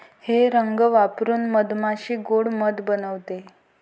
हे रंग वापरून मधमाशी गोड़ मध बनवते